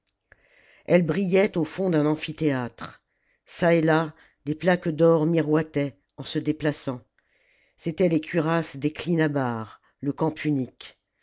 elles brillaient au fond d'un amphithéâtre çà et là des plaques d'or miroitaient en se déplaçant c'étaient les cuirasses des clinabares le camp punique